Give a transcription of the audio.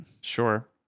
Sure